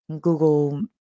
Google